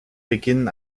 beginnen